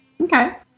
Okay